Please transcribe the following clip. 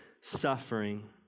suffering